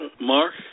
Mark